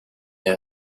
der